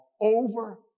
over